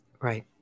Right